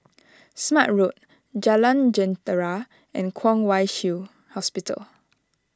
Smart Road Jalan Jentera and Kwong Wai Shiu Hospital